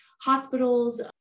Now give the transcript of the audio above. hospitals